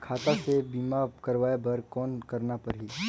खाता से बीमा करवाय बर कौन करना परही?